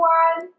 one